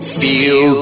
feel